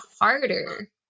harder